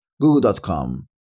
Google.com